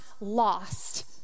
lost